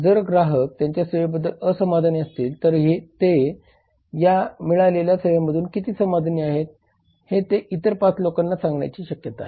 जर ग्राहक त्यांच्या सेवेबद्दल असमाधानी असतील तर ते या मिळालेल्या सेवेमधून किती असमाधानी आहेत हे ते इतर 5 लोकांना सांगण्याची शक्यता आहे